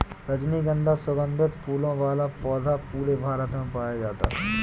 रजनीगन्धा सुगन्धित फूलों वाला पौधा पूरे भारत में पाया जाता है